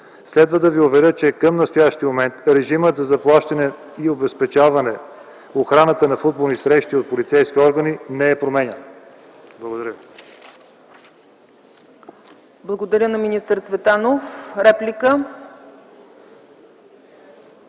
следва да Ви уверя, че към настоящия момент режимът за заплащане и обезпечаване охраната на футболни срещи от полицейски органи не е променяна. Благодаря